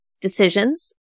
decisions